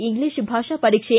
English ಭಾಷಾ ಪರೀಕ್ಷೆ